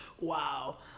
wow